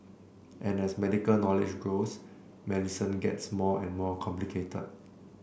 and as medical knowledge grows medicine gets more and more complicated